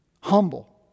Humble